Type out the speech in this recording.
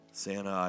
Santa